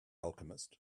alchemist